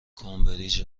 کمبریج